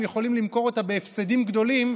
הם יכולים למכור אותה בהפסדים גדולים.